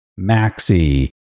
maxi